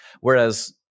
whereas